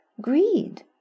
greed